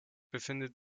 befindet